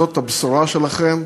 זאת הבשורה שלכם?